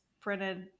printed